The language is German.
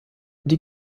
die